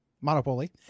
Monopoly